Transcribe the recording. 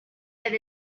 had